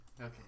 Okay